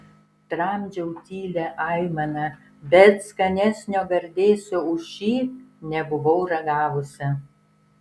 tramdžiau tylią aimaną bet skanesnio gardėsio už šį nebuvau ragavusi